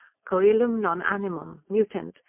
coelum, non animum, mutant,